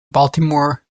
baltimore